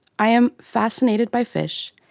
i am fascinated by fish,